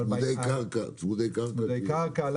צמודי קרקע.